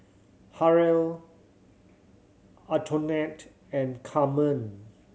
Harrell Antionette and Carmen